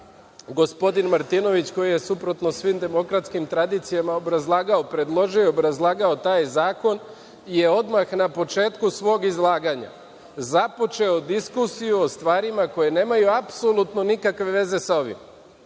dva. Gospodin Martinović koji je, suprotno svim demokratskim tradicijama, predložio i obrazlagao taj zakon, je odmah na početku svog izlaganja započeo diskusiju o stvarima koje nemaju apsolutno nikakve veze sa ovim.